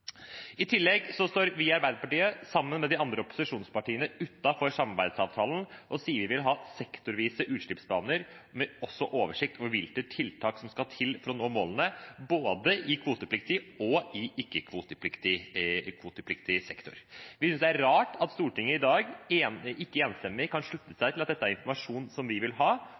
I tillegg står vi i Arbeiderpartiet sammen med de andre opposisjonspartiene utenfor samarbeidsavtalen og sier vi vil ha sektorvise utslippsbaner, også med oversikt over hvilke tiltak som skal til for å nå målene i både kvotepliktig og ikke-kvotepliktig sektor. Vi synes det er rart at Stortinget i dag ikke enstemmig kan slutte seg til at dette er informasjon som vi vil ha